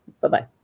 Bye-bye